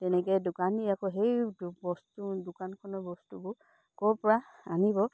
তেনেকে দোকানী আকৌ সেই বস্তু দোকানখনৰ বস্তুবোৰ ক'ৰ পৰা আনিব